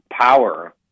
power